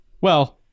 Well-